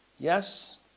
Yes